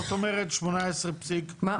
זאת אומרת 18.8%. מה,